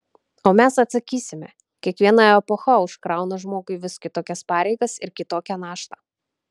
o mes atsakysime kiekviena epocha užkrauna žmogui vis kitokias pareigas ir kitokią naštą